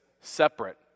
separate